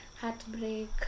heartbreak